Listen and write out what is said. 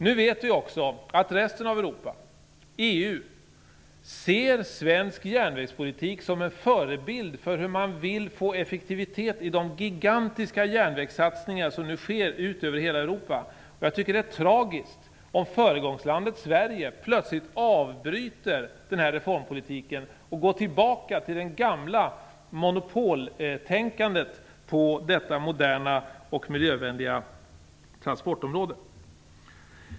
Nu vet vi också att resten av Europa, EU, ser svensk järnvägspolitik som en förebild för hur man kan få effektivitet i de gigantiska järnvägssatsningar som sker i Europa. Jag tycker att det är tragiskt om föregångslandet Sverige plötsligt avbryter reformpolitiken och går tillbaka till det gamla monopoltänkandet på detta moderna och miljövänliga transportområde.